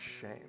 shame